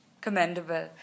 Commendable